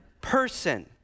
person